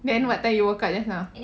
then what time you woke up just now